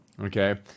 okay